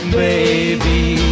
baby